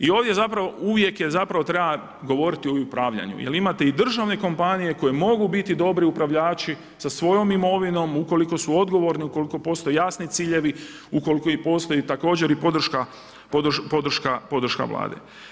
I ovdje zapravo uvijek zapravo treba govoriti o upravljanju, jer imate i državne kompanije koje mogu biti dobri upravljači sa svojom imovinom, ukoliko su odgovorni, ukoliko postoje jasni ciljevi, ukoliko postoji i također i podrška Vlade.